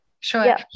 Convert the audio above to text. Sure